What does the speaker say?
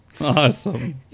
Awesome